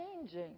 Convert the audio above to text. changing